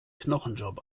knochenjob